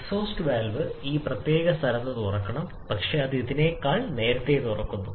exhaust valve ഈ പ്രത്യേക സ്ഥലത്ത് തുറക്കണം പക്ഷേ അത് ഇതിനേക്കാൾ നേരത്തെ തുറക്കുന്നു